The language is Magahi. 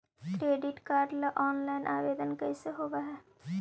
क्रेडिट कार्ड ल औनलाइन आवेदन कैसे होब है?